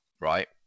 right